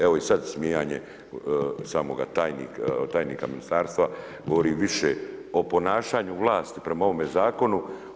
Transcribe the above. Evo i sada smijanje samoga tajnika ministarstva govori više o ponašanju vlasti prema ovome zakonu.